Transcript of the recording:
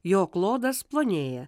jo klodas plonėja